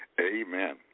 Amen